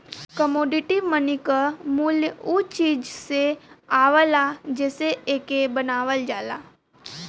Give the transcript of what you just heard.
commodity money क मूल्य उ चीज से आवला जेसे एके बनावल जाला